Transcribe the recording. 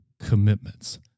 commitments